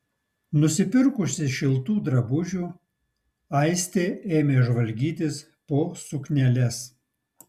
nusipirkusi šiltų drabužių aistė ėmė žvalgytis po sukneles